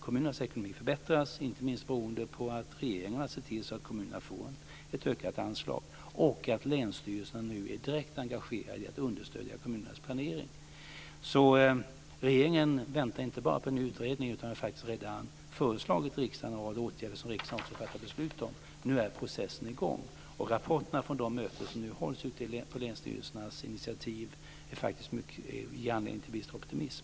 Kommunernas ekonomi förbättras, inte minst beroende på att regeringen har sett till att kommunerna får ett ökat anslag och att länsstyrelserna nu är direkt engagerade i att understödja kommunernas planering. Regeringen väntar inte bara på en utredning, utan vi har faktiskt redan föreslagit riksdagen en rad åtgärder, som riksdagen också har fattat beslut om. Nu är processen i gång. Rapporterna från de möten som nu hålls på länsstyrelsernas initiativ ger anledning till viss optimism.